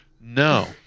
no